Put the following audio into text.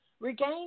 Regain